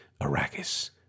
Arrakis